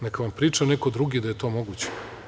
Neka vam priča neko drugi da je to moguće.